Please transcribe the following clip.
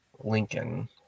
Lincoln